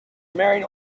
married